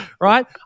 right